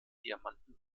diamanten